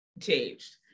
changed